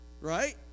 right